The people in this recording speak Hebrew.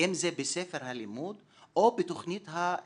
אם זה בספר הלימוד או בתוכנית הלימודים,